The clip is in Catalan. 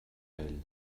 ell